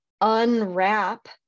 unwrap